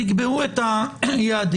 תקבעו את היעדים.